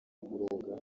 kuroga